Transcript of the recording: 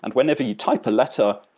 and whenever you type a letter,